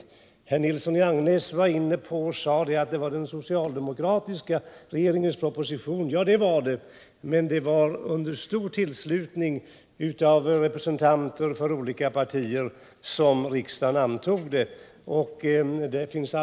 Herr Tore Nilsson i Agnäs sade att den framlades i en proposition från den socialdemokratiska regeringen, och det är riktigt, men det skedde under stor anslutning från representanter för olika partier i riksdagen.